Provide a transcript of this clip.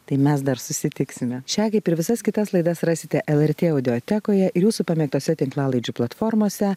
tai mes dar susitiksime šią kaip ir visas kitas laidas rasite lrt audiotekoje ir jūsų pamėgtose tinklalaidžių platformose